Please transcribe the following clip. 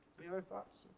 any other thoughts?